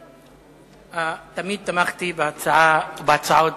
תמיד תמכתי בהצעות